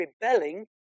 rebelling